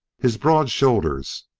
his broad shoulders,